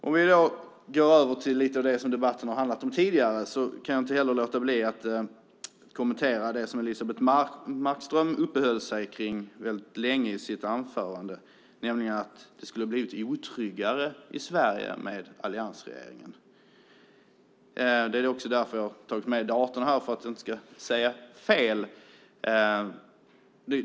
Om jag då går över till lite av det som debatten har handlat om tidigare kan jag inte låta bli att kommentera det som Elisebeht Markström uppehöll sig väldigt länge kring i sitt anförande, nämligen att det skulle ha blivit otryggare i Sverige med alliansregeringen. Jag har nu tagit med datorn hit för att jag inte ska säga fel.